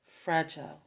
fragile